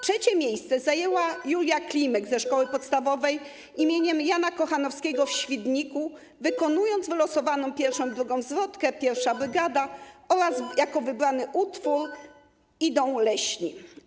Trzecie miejsce zajęła Julia Klimek ze Szkoły Podstawowej im. Jana Kochanowskiego w Świdniku, która wykonała wylosowaną pierwszą i drugą zwrotkę ˝Pierwszej Brygady˝ oraz jako wybrany utwór ˝Idą leśni˝